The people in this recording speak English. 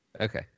Okay